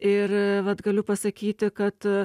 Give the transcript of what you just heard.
ir vat galiu pasakyti kad